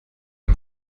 dem